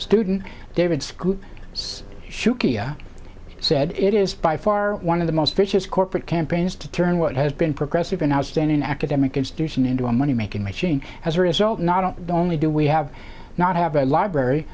student david scoot says shuki said it is by far one of the most vicious corporate campaigns to turn what has been progressive an outstanding academic institution into a money making machine as a result not only do we have not have a library